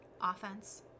offense